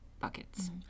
buckets